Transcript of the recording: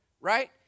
right